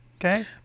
Okay